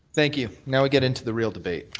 thank you. now we get into the real debate.